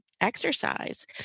exercise